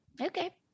Okay